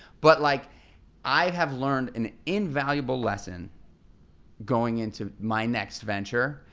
but like i have learned an invaluable lesson going into my next venture,